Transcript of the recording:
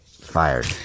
fired